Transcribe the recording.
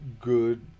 good